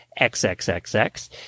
XXXX